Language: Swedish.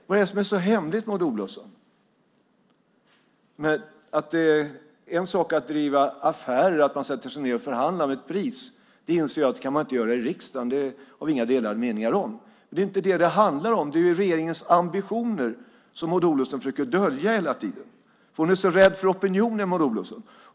Vad är det som är så hemligt, Maud Olofsson? Det är en sak att man, när man driver affärer, sätter sig ned och förhandlar om ett pris. Jag inser att man inte kan göra det i riksdagen. Det har vi inga delade meningar om. Men det är inte det som det handlar om utan om regeringens ambitioner, som Maud Olofsson försöker dölja hela tiden därför att hon är så rädd för opinionen.